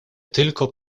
tylko